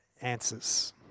answers